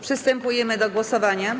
Przystępujemy do głosowania.